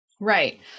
Right